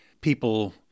People